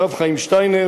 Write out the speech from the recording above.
הרב חיים שטיינר,